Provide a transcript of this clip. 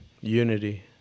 Unity